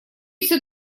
всё